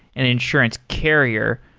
an insurance carrier.